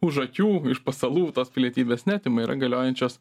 už akių iš pasalų tos pilietybės neatima yra galiojančios